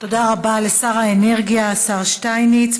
תודה רבה לשר האנרגיה, השר שטייניץ.